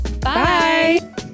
Bye